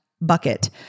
bucket